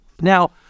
Now